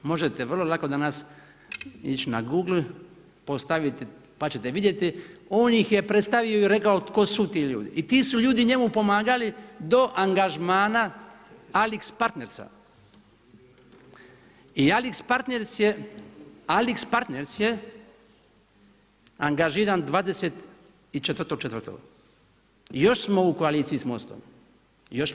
Možete vrlo lako danas ić na google, postaviti pa ćete vidjeti, on ih je predstavio i rekao tko su ti ljudi i ti su ljudi njemu pomagali do angažmana AlixPartnersa i AlixPartnersa je angažiran 24.4. i još smo u koaliciji s MOST-om.